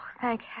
thank